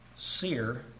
sear